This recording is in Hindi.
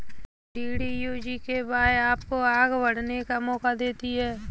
डी.डी.यू जी.के.वाए आपको आगे बढ़ने का मौका देती है